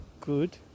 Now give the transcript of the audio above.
good